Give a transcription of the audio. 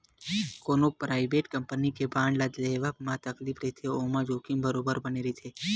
कोनो private company के bond ल लेवब म तकलीफ रहिथे ओमा जोखिम बरोबर बने रथे